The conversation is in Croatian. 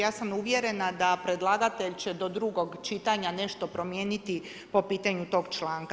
Ja sam uvjerena da predlagatelj će do drugog čitanja nešto promijeniti po pitanju tog članka.